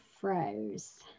froze